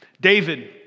David